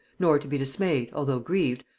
nor to be dismayed, although grieved,